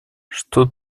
что